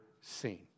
seen